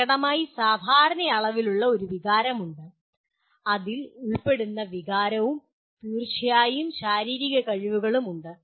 പ്രകടമായി അസാധാരണമായ അളവിലുള്ള ഒരു വികാരമുണ്ട് അതിൽ ഉൾപ്പെടുന്ന വികാരവും തീർച്ചയായും ശാരീരിക കഴിവുകളും ഉണ്ട്